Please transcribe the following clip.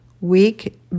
Week